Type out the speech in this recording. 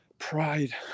Pride